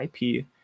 IP